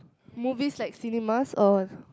movies like cinemas oh